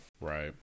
Right